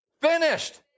finished